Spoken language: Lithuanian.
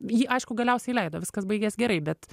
jį aišku galiausiai įleido viskas baigės gerai bet